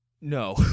No